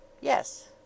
Yes